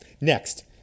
Next